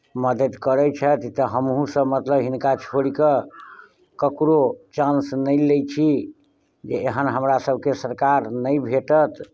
मदति करैत छथि तऽ हमहूँसभ मतलब हिनका छोड़ि कऽ ककरो चांस नहि लैत छी जे एहन हमरासभके सरकार नहि भेटत